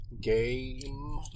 game